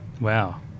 wow